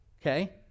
Okay